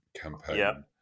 campaign